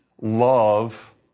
love